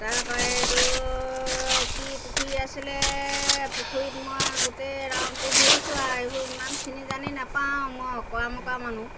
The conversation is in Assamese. তাৰপৰা এইটো কি পুখুৰী আছিলে পুখুৰীত মই গোটেই ৰাউণ্ডটো ঘূৰিছোঁ আৰু এইবোৰ ইমান চিনি জানি নাপাওঁ মই অঁকৰা মকৰা মানুহ